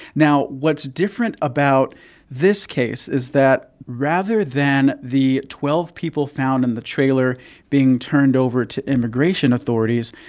now, what's different about this case is that rather than the twelve people found in the trailer being turned over to immigration authorities,